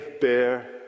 bear